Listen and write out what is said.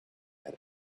had